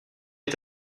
est